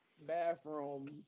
bathroom